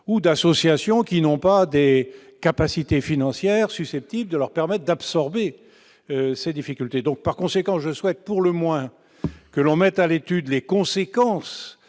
de petite taille ou n'ont pas les capacités financières susceptibles de leur permettre d'absorber ces difficultés. Par conséquent, je souhaite à tout le moins que l'on mette à l'étude les conséquences